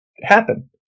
happen